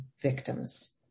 victims